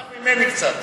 קח ממני קצת.